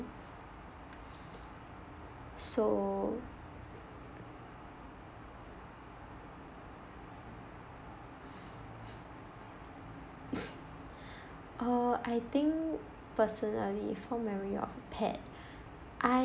so uh I think personally fond memory of a pet I